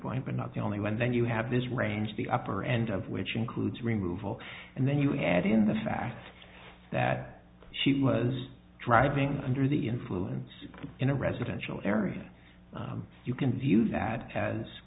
point but not the only one then you have this range the upper end of which includes removal and then you add in the fact that she was driving under the influence in a residential area you can view that as